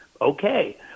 Okay